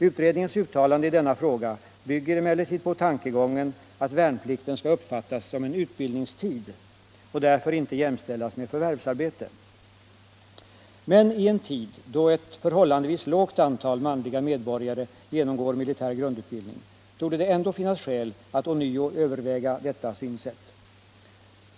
Utredningens uttalande i denna fråga bygger emellertid på tankegången att värnplikten skall uppfattas som en utbildningstid och därför inte jämställas med förvirvsarbete. Men i en tid då ett förhållandevis lågt antal manliga medborgare genomgår militär grundutbildning torde det ändå finnas skäl att ånyo överväga detta synsätt.